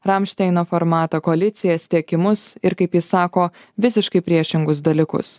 ramšteino formato koalicijas tiekimus ir kaip jis sako visiškai priešingus dalykus